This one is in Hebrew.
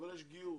אבל יש גיור,